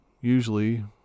usually